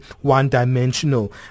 one-dimensional